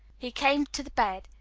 he came to the bed,